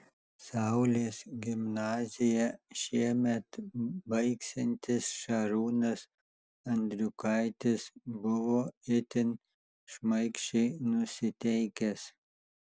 saulės gimnaziją šiemet baigsiantis šarūnas andriukaitis buvo itin šmaikščiai nusiteikęs